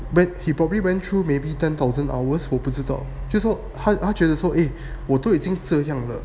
but he probably went through maybe ten thousand hours 我不知道就是说他就是说我都已经这样